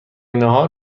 ناهار